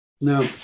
No